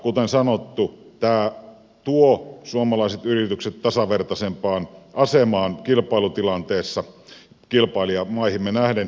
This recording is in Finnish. kuten sanottu tämä tuo suomalaiset yritykset tasavertaisempaan asemaan kilpailutilanteessa kilpailijamaihimme nähden